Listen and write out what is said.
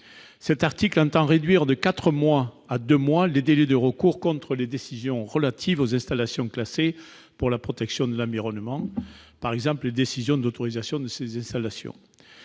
Cet article tend à réduire de quatre mois à deux mois les délais de recours contre les décisions relatives aux installations classées pour la protection de l'environnement, les ICPE, par exemple les autorisations d'installation.